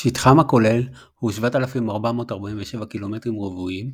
שטחם הכולל הוא 7,447 קילומטרים רבועים,